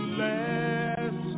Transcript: last